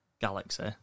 Galaxy